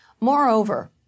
Moreover